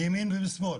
מימין ומשמאל,